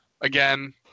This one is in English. Again